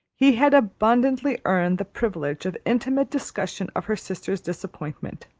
he had abundantly earned the privilege of intimate discussion of her sister's disappointment,